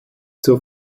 zur